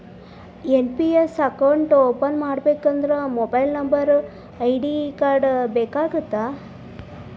NPS account open ಮಾಡಬೇಕಂದ್ರ mobile number ID card ಬೇಕಾಗತ್ತಾ?